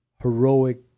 heroic